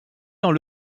dans